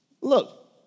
look